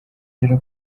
rero